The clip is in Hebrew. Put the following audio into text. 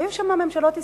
היו שם ממשלות ישראל.